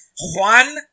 Juan